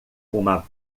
uma